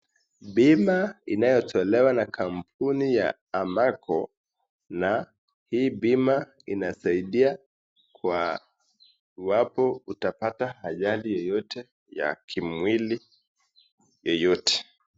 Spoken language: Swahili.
Bima inayotolewa na kampuni ya Amaco na hii bima inasaidia kwa uwapo utapata ajali yoyote ya kimwili yoyote.